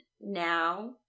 now